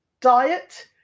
diet